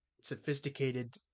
sophisticated